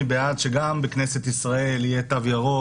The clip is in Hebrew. אני בעד שגם בכנסת ישראל יהיה תו ירוק